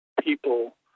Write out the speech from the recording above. people